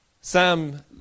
Sam